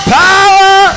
power